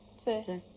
sir.